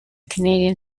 canadian